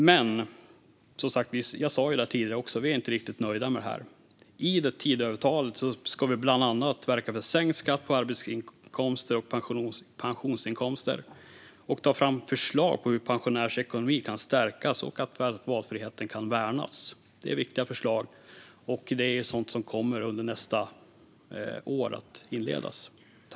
Men som jag sa tidigare är vi inte riktigt nöjda med det här. I Tidöavtalet står att vi bland annat ska verka för sänkt skatt på arbetsinkomster och pensionsinkomster och ta fram förslag på hur pensionärers ekonomi kan stärkas och valfriheten värnas. Detta är viktiga förslag, och det är sådant som kommer att inledas under nästa år.